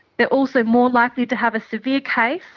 they are also more likely to have a severe case,